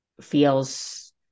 feels